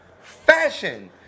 fashion